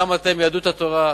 גם אתם, יהדות התורה,